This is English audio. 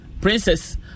Princess